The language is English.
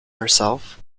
herself